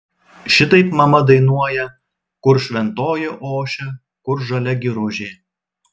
šitaip mama dainuoja kur šventoji ošia kur žalia giružė